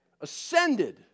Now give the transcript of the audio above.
ascended